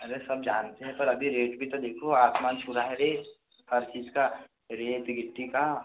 अरे सब जानते हैं पर अभी रेट भी तो देखो आसमान छू रहा है रेट हर चीज़ का रेट गिट्टी का